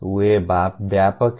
वे व्यापक हैं